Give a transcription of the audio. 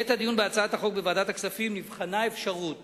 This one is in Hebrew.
בעת הדיון בהצעת החוק בוועדת הכספים נבחנה האפשרות